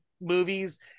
movies